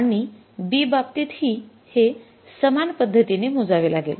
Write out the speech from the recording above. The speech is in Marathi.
आणि B बाबतीत हि हे सामान पद्धतीने मोजावे लागेल